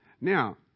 Now